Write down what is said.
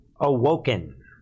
awoken